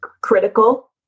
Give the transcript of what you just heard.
critical